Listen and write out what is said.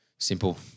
Simple